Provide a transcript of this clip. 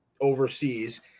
overseas